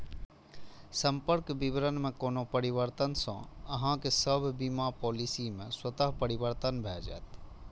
संपर्क विवरण मे कोनो परिवर्तन सं अहांक सभ बीमा पॉलिसी मे स्वतः परिवर्तन भए जाएत